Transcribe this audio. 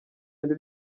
bindi